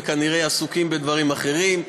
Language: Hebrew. וכנראה עסוקים בדברים אחרים.